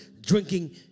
drinking